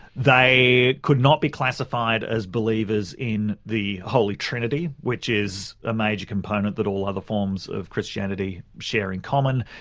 they could not be classified as believers in the holy trinity which is a major component that all other forms of christianity share in common.